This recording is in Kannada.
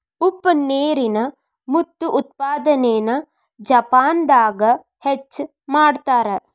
ಉಪ್ಪ ನೇರಿನ ಮುತ್ತು ಉತ್ಪಾದನೆನ ಜಪಾನದಾಗ ಹೆಚ್ಚ ಮಾಡತಾರ